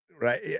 Right